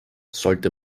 sollte